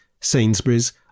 Sainsbury's